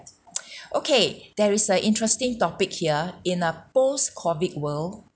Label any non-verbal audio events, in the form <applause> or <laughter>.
<noise> <breath> okay there is a interesting topic here in a post COVID world